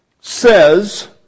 says